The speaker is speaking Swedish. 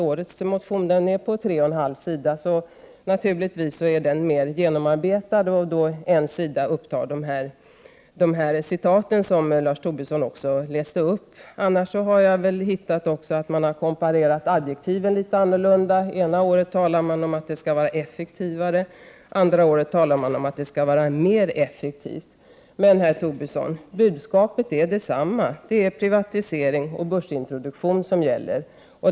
Årets motion är på tre och en halv sida, så den är naturligtvis mer genomarbetad. En sida upptar de citat som Lars Tobisson också läste upp. Jag har dessutom funnit att man har komparerat adjektiven litet annorlunda. Ena året talar man om att det skall vara effektivare. Andra året talar man om att det skall vara mer effektivt. Men, herr Tobisson, budskapet är detsamma. Det är privatisering och börsintroduktion som gäller.